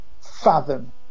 fathom